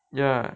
ya